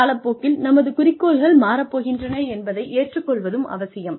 காலப்போக்கில் நமது குறிக்கோள்கள் மாறப்போகின்றன என்பதை ஏற்றுக்கொள்வதும் அவசியம்